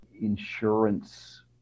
insurance